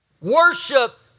Worship